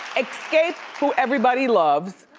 xscape, who everybody loves.